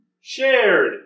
shared